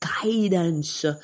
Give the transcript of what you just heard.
guidance